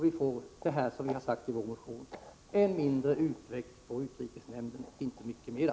Vi får, som vi har sagt i vår motion, en mindre utväxt till utrikesnämnden, och inte mycket mera.